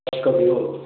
first copy हो